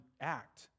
act